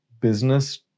business